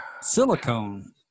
silicone